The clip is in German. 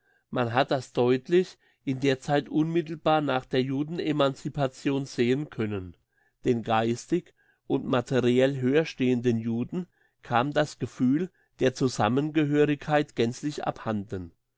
man hat das deutlich in der zeit unmittelbar nach der judenemancipation sehen können den geistig und materiell höherstehenden juden kam das gefühl der zusammengehörigkeit gänzlich abhanden